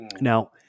Now